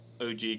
OG